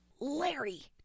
Larry